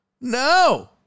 no